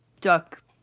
duck